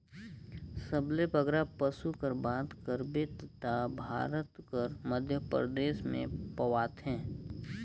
सबले बगरा पसु कर बात करबे ता भारत कर मध्यपरदेस में पवाथें